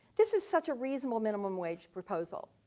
this is such a reasonable minimum wage proposal.